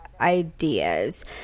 ideas